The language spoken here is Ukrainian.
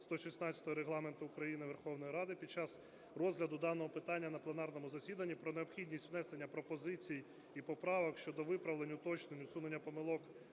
116-ї Регламенту Верховної Ради України під час розгляду даного питання на пленарному засіданні про необхідність внесення пропозицій і поправок щодо виправлення, уточнень, усунення помилок